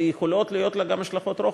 ויכולות להיות לה גם השלכות רוחב,